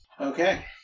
Okay